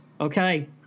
okay